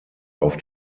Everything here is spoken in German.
auf